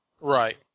Right